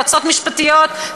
יועצות משפטיות,